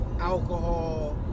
alcohol